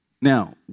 Now